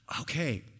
okay